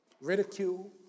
Ridicule